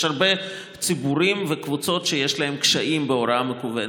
יש הרבה ציבורים וקבוצות שיש להם קשיים בהוראה המקוונת,